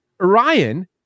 Orion